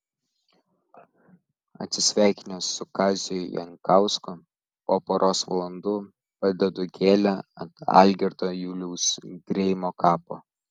atsisveikinęs su kaziu jankausku po poros valandų padedu gėlę ant algirdo juliaus greimo kapo